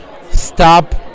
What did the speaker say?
stop